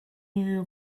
you